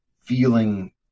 feeling